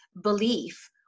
belief